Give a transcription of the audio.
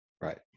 right